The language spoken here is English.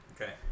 okay